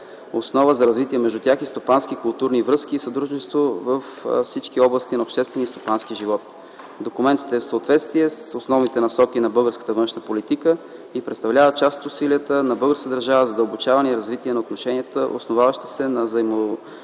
основа за развитие между тях на стопански и културни връзки и сътрудничество във всички области на обществения и стопанския живот. Документът е в съответствие с основните насоки на българската външна политика и представлява част от усилията на българската държава за задълбочаване и развитие на отношенията, основаващи се на